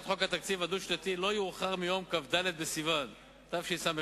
חוק התקציב הדו-שנתי לא יאוחר מיום כ"ד בסיוון התשס"ט,